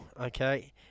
Okay